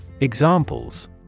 Examples